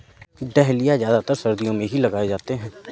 dahlia ज्यादातर सर्दियो मे ही लगाये जाते है